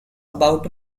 about